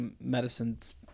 medicine's